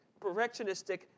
perfectionistic